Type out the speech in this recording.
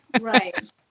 right